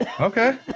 Okay